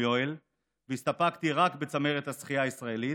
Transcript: יואל והסתפקתי רק בצמרת השחייה הישראלית,